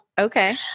Okay